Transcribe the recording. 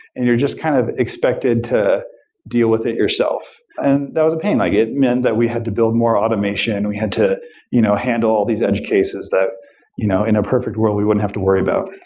and they're just kind of expected to deal with it yourself, and that was a pain i get, that we had to build more automation. we had to you know handle all these edge cases that you know in a perfect world we wouldn't have to worry about.